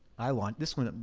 i want this one.